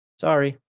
Sorry